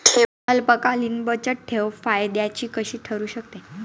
अल्पकालीन बचतठेव फायद्याची कशी ठरु शकते?